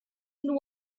and